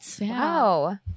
Wow